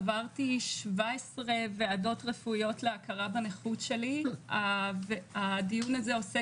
עברתי 17 ועדות רפואיות להכרה בנכות שלי והדיון הזה עוסק